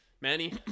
Manny